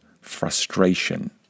frustration